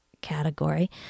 category